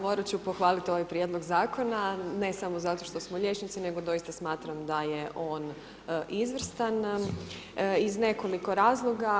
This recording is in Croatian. Morat ću pohvalit ovaj prijedlog Zakona, ne samo zato što smo liječnici, nego doista smatram da je on izvrstan iz nekoliko razloga.